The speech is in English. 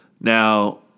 Now